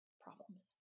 problems